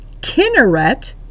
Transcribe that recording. Kinneret